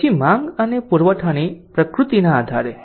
પછી માંગ અને પુરવઠાની પ્રકૃતિના આધારે